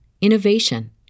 innovation